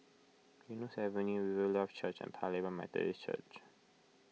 Eunos Avenue Riverlife Church and Paya Lebar Methodist Church